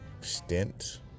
stint